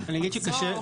מחזור.